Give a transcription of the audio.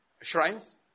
shrines